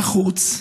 נחוץ.